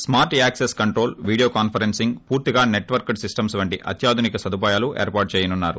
స్కార్ల్ access control video కాన్సరెన్సింగ్పూర్తిగా networked systems వీంటి అత్యాధునికి సదుపాయాలు ఏర్పాటు చేయనున్నారు